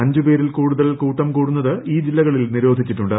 അഞ്ച് പേരിൽ കൂടുതൽ കൂട്ടം കൂടുന്നത് ഈ ജില്ലകളിൽ നിരോധിച്ചിട്ടുണ്ട്